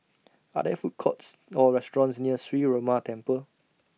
Are There Food Courts Or restaurants near Sree Ramar Temple